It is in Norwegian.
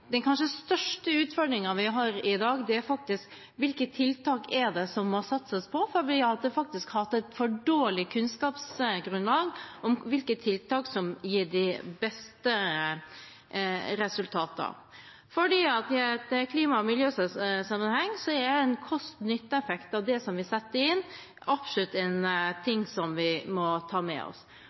Den kanskje største utfordringen vi har i dag, er hvilke tiltak som det må satses på, for vi har hatt et for dårlig kunnskapsgrunnlag med hensyn til hvilke tiltak som gir de beste resultatene. I klima- og miljøsammenheng er kost–nytteeffekten av det vi setter inn, absolutt en ting som vi må ta med oss.